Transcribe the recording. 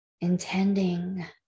Intending